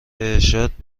ارشاد